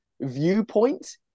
viewpoint